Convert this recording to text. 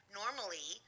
normally